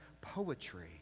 poetry